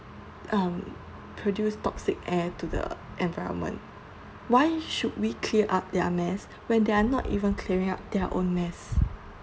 um produce toxic air to the environment why should we clear up their mess when they are not even clearing up their own mess